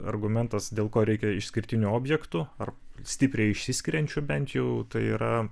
argumentas dėl ko reikia išskirtinių objektų ar stipriai išsiskiriančių bent jau tai yra